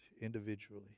individually